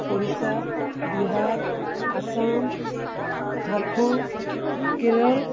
Odisha Bihar Assam Jharkhand Kerala